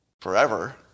forever